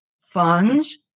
funds